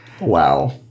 Wow